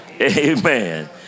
Amen